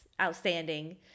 outstanding